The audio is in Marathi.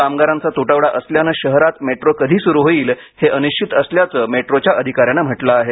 कामगारांचा तुटवडा असल्याने शहरात मेट्रो कधी सुरु होईल हे अनिश्चित असल्याचं मेट्रोच्या अधिकाऱ्याने म्हटलं आहे